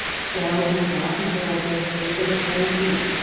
so when jonathan ferrell gets within ten feet,